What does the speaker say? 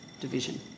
division